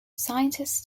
scientists